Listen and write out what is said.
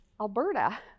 Alberta